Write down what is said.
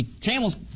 camels